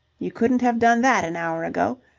you couldn't have done that an hour ago.